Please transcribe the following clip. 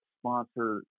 sponsor